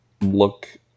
look